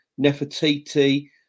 Nefertiti